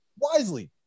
wisely